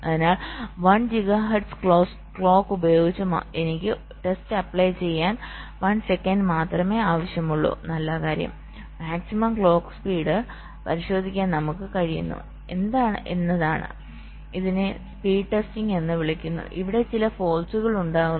അതിനാൽ 1 gigahertz clock ഉപയോഗിച്ച് എനിക്ക് ടെസ്റ്റ് അപ്ലൈ ചെയ്യാൻ 1 സെക്കൻഡ് മാത്രമേ ആവശ്യമുള്ളൂ നല്ല കാര്യം മാക്സിമം ക്ലോക്ക് സ്പീഡ് പരിശോധിക്കാൻ നമുക്ക് കഴിയുന്നു എന്നതാണ് ഇതിനെ സ്പീഡ് ടെസ്റ്റിംഗ് എന്ന് വിളിക്കുന്നു ഇവിടെ ചില ഫോൾട്കൾ ഉണ്ടാകുന്നു